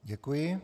Děkuji.